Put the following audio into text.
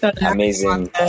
Amazing